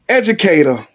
educator